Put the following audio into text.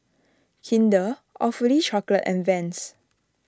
Kinder Awfully Chocolate and Vans